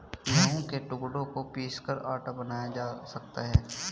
गेहूं के टुकड़ों को पीसकर आटा बनाया जा सकता है